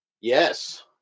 Yes